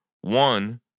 One